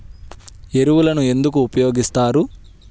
ఎరువులను ఎందుకు ఉపయోగిస్తారు?